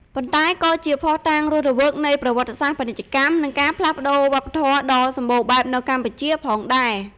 ប៉ុន្តែក៏ជាភស្តុតាងរស់រវើកនៃប្រវត្តិសាស្ត្រពាណិជ្ជកម្ម និងការផ្លាស់ប្តូរវប្បធម៌ដ៏សម្បូរបែបនៅកម្ពុជាផងដែរ។